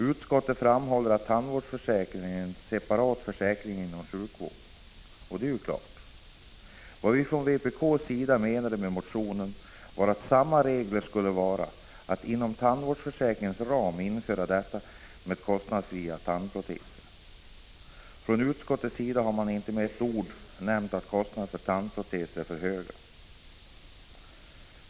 Utskottet framhåller att tandvårdsförsäkringen är en separat försäkring inom sjukförsäkringen, och det är klart. Vad vi från vpk:s sida menade med motionen var att samma regler som gäller inom sjukvården skulle gälla också inom tandvården och att man inom tandvårdsförsäkringens ram skulle införa kostnadsfria tandproteser. Utskottet har inte med ett ord nämnt att kostnaden för tandproteser är för hög.